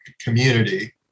community